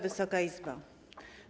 Wysoka Izbo!